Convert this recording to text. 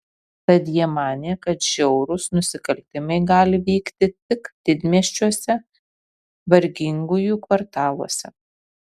tad jie manė kad žiaurūs nusikaltimai gali vykti tik didmiesčiuose vargingųjų kvartaluose